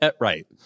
Right